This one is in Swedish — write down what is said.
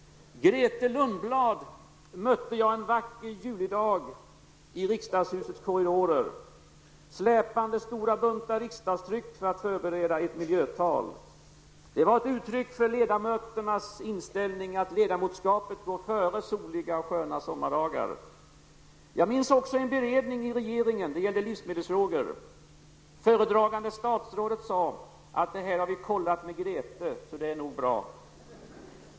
Grethe Lundblad mötte jag en vacker julidag i riksdagshusets korridorer släpande stora buntar riksdagstryck för att förbereda ett miljötal. Det var ett uttryck för riksdagsledamöternas inställning att ledamotskapet går före soliga och sköna sommardagar. Jag minns också en beredning i regeringen. Det gällde livsmedelsfrågor. Föredragande statsråd sade, att det här har vi kollat med Grethe, så det är nog bra.